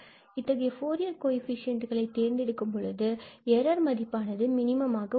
இத்தகைய ஃபூரியர் கோஎஃபிசியண்ட்களை நாம் தேர்ந்தெடுக்கும் பொழுது பின்பு அத்தகைய எரர் மதிப்பானது மினிமம் ஆக உள்ளது